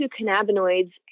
cannabinoids